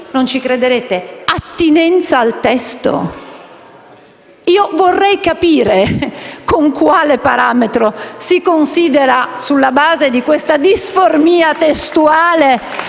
non ci crederete - di attinenza al testo? Vorrei capire con quale parametro si considera, sulla base di questa disformia testuale